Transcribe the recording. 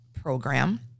program